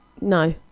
No